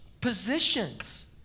positions